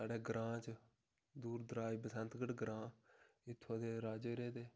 साढ़ा ग्रांऽ च दूर दराज बसंतगढ़ ग्रांऽ इत्थूं दे राजे रेह्दे